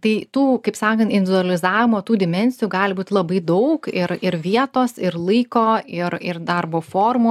tai tų kaip sakant individualizavimo tų dimensijų gali būt labai daug ir ir vietos ir laiko ir ir darbo formų